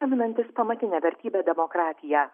paminantis pamatinę vertybę demokratiją